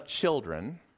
children